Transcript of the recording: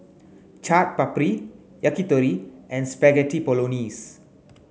Chaat Papri Yakitori and Spaghetti Bolognese